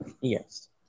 Yes